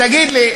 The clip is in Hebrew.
תגיד לי,